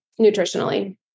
nutritionally